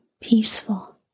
peaceful